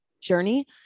journey